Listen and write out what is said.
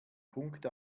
punkt